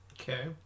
okay